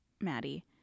Maddie